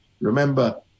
Remember